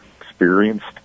experienced